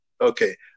Okay